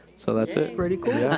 so that's it. pretty cool. yeah